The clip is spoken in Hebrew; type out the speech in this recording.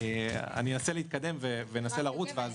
אנסה להתקדם ולרוץ, ואז --- תודה.